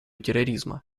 терроризма